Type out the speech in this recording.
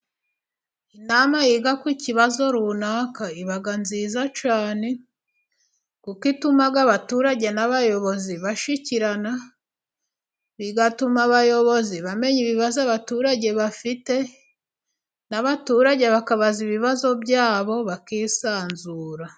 Inama yiga ku kibazo runaka iba nziza cyane, kuko ituma abaturage n'abayobozi bashyikirana, bigatuma abayobozi bamenya ibibazo abaturage bafite, n'abaturage bakabaza ibibazo byabo bakisanzura.